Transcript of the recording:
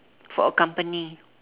for a company